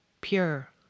pure